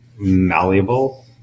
malleable